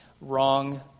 Wrong